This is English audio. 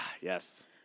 Yes